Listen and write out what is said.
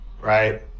Right